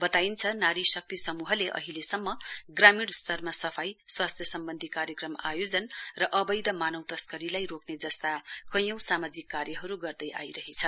वताइन्छ नारी शक्ति समूहले अबिलेसम्म ग्रामीण स्तरमा सफाई स्वास्थ्य सम्बन्धी कार्यक्रम आयोजन र अबैध मानव तस्करीलाई रोक्ने जस्ता कैयौं सामाजिक कार्यहरू गर्दै आइरहेछ